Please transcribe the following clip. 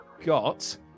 got